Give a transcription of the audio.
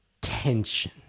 tension